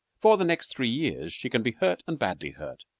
for the next three years she can be hurt, and badly hurt.